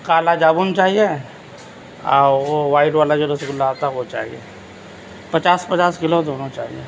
کالا جامن چاہیے اور وہ وائٹ والا جو رسگلہ ہوتا ہے وہ چاہیے پچاس پچاس کلو دونوں چاہیے